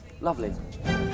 Lovely